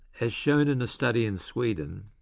as shown in a study in sweden,